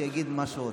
שיגיד מה שהוא רוצה.